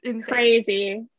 crazy